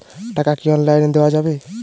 টাকা কি অনলাইনে দেওয়া যাবে?